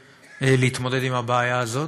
להתמודדות עם הבעיה הזאת.